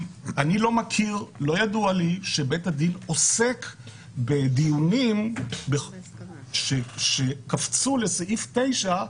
לא ידוע לי שבית הדין עוסק בדיונים שקפצו לסעיף 9,